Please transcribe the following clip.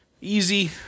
easy